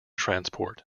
transport